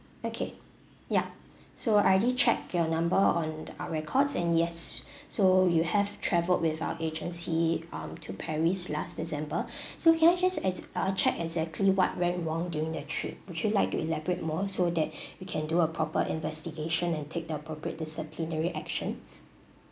okay ya so I already check your number on our records and yes so you have travelled with our agency um to paris last december so can I just uh uh check exactly what went wrong during that trip would you like to elaborate more so that we can do a proper investigation and take the appropriate disciplinary actions